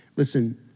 Listen